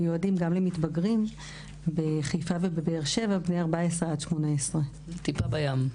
שמיועדים גם למתבגרים בני 14 עד 18. טיפה בים.